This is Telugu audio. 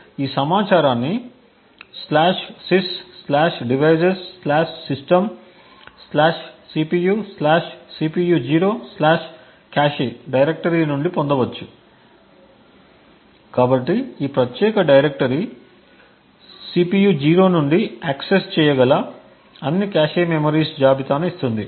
కాబట్టి ఈ సమాచారాన్ని sysdevicessystemcpu cpu0cache డైరెక్టరీనుండి పొందవచ్చు కాబట్టి ఈ ప్రత్యేక డైరెక్టరీ CPU 0 నుండి యాక్సెస్ చేయగల అన్ని కాష్ మెమోరీస్ జాబితాను ఇస్తుంది